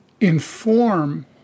inform